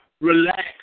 relax